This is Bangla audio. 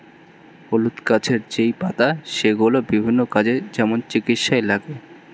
হলুদ গাছের যেই পাতা সেগুলো বিভিন্ন কাজে, যেমন চিকিৎসায় লাগে